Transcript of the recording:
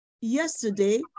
Yesterday